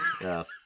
Yes